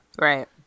Right